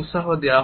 উৎসাহ দেওয়া হয়